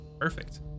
Perfect